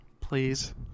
Please